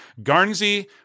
Garnsey